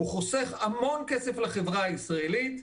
הוא חוסך המון כסף לחברה הישראלית,